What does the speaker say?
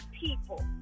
people